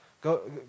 go